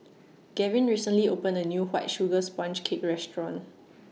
Gavin recently opened A New White Sugar Sponge Cake Restaurant